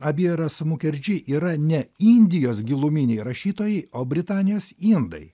abieras mukerdžy yra ne indijos giluminiai rašytojai o britanijos indai